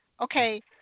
okay